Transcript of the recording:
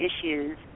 issues